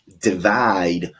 divide